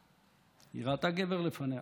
היא ראתה גבר לפניה.